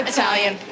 Italian